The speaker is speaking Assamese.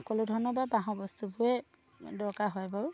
সকলো ধৰণৰ বাৰু বাঁহৰ বস্তুবোৰে দৰকাৰ হয় বাৰু